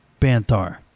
Banthar